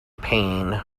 pain